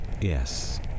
Yes